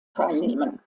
teilnehmen